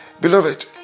Beloved